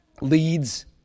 leads